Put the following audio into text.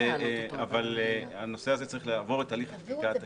אבל הנושא הזה צריך לעבור הליך חקיקה תקין.